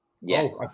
Yes